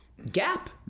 Gap